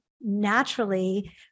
naturally